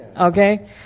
Okay